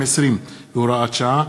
220 והוראת שעה),